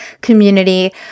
community